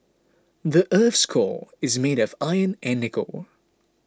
the earth's core is made of iron and nickel